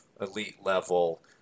elite-level